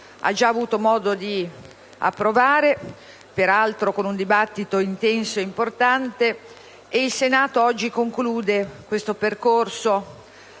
ha già avuto modo di approvare, peraltro con un dibattito intenso e importante, e il Senato oggi conclude questo percorso